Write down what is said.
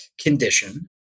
condition